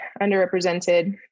underrepresented